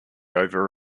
over